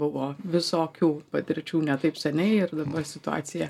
buvo visokių patirčių ne taip seniai ir dabar situacija